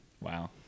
wow